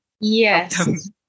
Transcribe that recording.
Yes